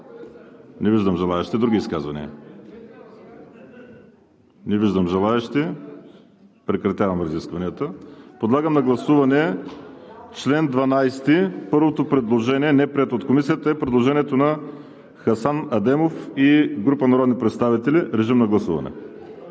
Не виждам желаещи. Други изказвания? Не виждам желаещи. Прекратявам разискванията. Подлагам на гласуване чл. 12. Първото предложение, неприето от Комисията, е на Хасан Адемов и група народни представители. Гласували